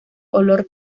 olor